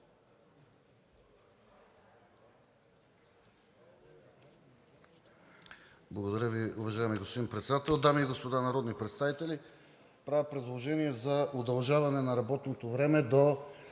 Благодаря Ви, уважаеми господин Председател. Дами и господа народни представители! Правя предложение за удължаване на работното време до